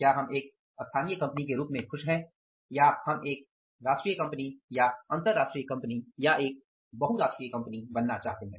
क्या हम एक स्थानीय कंपनी के रूप में खुश हैं या हम एक राष्ट्रीय कंपनी या अंतरराष्ट्रीय कंपनी या एक बहुराष्ट्रीय कंपनी बनना चाहते हैं